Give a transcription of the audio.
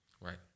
Right